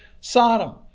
Sodom